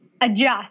adjust